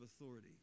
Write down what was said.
authority